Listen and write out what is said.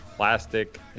Plastic